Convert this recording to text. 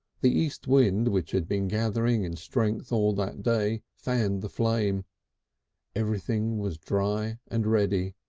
the east wind, which had been gathering in strength all that day, fanned the flame everything was dry and ready,